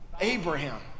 Abraham